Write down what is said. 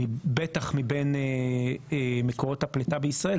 בטח מבין מקורות הפליטה בישראל,